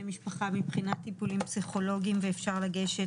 משפחה מבחינת טיפולים פסיכולוגיים ואפשר לגשת,